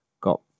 got